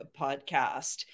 podcast